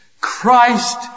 Christ